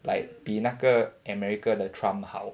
like 比那个 america 的 trump 好